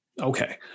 Okay